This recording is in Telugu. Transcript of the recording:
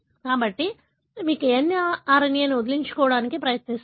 కాబట్టి మీరు mRNA ను వదిలించుకోవడానికి ప్రయత్నిస్తారు